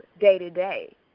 day-to-day